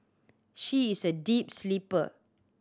she is a deep sleeper